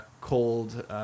cold